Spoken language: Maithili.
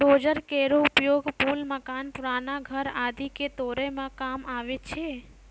डोजर केरो उपयोग पुल, मकान, पुराना घर आदि क तोरै म काम आवै छै